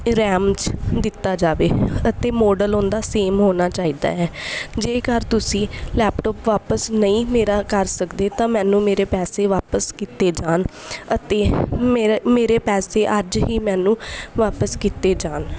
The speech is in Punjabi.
ਰੈਮ 'ਚ ਦਿੱਤਾ ਜਾਵੇ ਅਤੇ ਮੋਡਲ ਉਹਨਾਂ ਦਾ ਸੇਮ ਹੋਣਾ ਚਾਹੀਦਾ ਹੈ ਜੇਕਰ ਤੁਸੀਂ ਲੈਪਟੋਪ ਵਾਪਿਸ ਨਹੀਂ ਮੇਰਾ ਕਰ ਸਕਦੇ ਤਾਂ ਮੈਨੂੰ ਮੇਰੇ ਪੈਸੇ ਵਾਪਿਸ ਕੀਤੇ ਜਾਣ ਅਤੇ ਮੇਰਾ ਮੇਰੇ ਪੈਸੇ ਅੱਜ ਹੀ ਮੈਨੂੰ ਵਾਪਿਸ ਕੀਤੇ ਜਾਣ